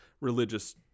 religious